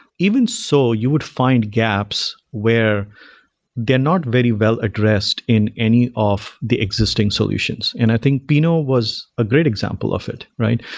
even so, you would find gaps where they're not very well-addressed in any of the existing solutions. and i think pinot you know was a great example of it, right?